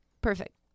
perfect